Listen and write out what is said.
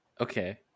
Okay